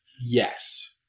yes